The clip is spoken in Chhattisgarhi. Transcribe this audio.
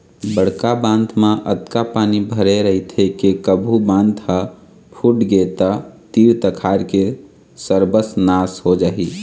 बड़का बांध म अतका पानी भरे रहिथे के कभू बांध ह फूटगे त तीर तखार के सरबस नाश हो जाही